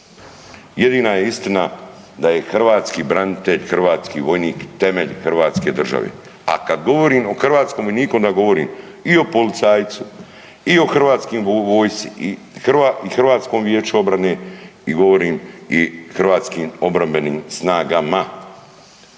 Jedina je istina da je hrvatski branitelj, hrvatski vojnik i temelj hrvatske države. A kad govorim o hrvatskom vojniku onda govorim i o policajcu i o hrvatskoj vojsci i HVO-u i govorim o Hrvatskim obrambenim snagama.